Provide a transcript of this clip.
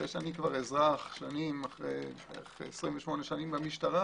אחרי 28 שנים במשטרה,